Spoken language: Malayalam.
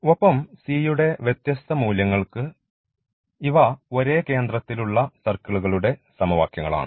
ഒപ്പം c യുടെ വ്യത്യസ്ത മൂല്യങ്ങൾക്ക് ഇവ ഒരേ കേന്ദ്രത്തിലുള്ള സർക്കിളുകളുടെ സമവാക്യങ്ങളാണ്